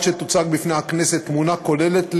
עד שתוצג בפני הכנסת תמונה כוללת,